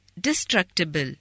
destructible